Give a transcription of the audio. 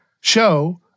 show